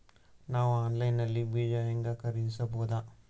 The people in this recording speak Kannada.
ನಾವು ಆನ್ಲೈನ್ ನಲ್ಲಿ ಬೀಜ ಹೆಂಗ ಖರೀದಿಸಬೋದ?